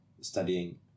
studying